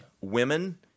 women